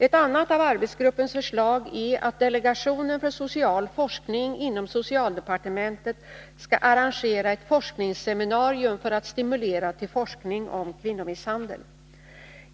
Ett annat av arbetsgruppens förslag är att delegationen för social forskning inom socialdepartementet skall arrangera ett forskningsseminarium för att stimulera till forskning om kvinnomisshandel.